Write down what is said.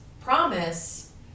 promise